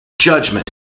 judgment